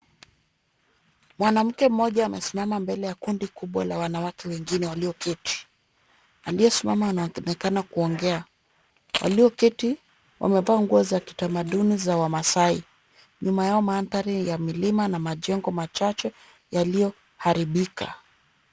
Mwanamke mmoja amesimama mbele ya kundi kubwa la wanawake wengine walioketi. Aliyesimama anaonekana kuongea. Walioketi wamevaa nguo za kitamaduni za wamaasai. Nyuma yao mandhari ya milima na majengo machache yaliyoharibika.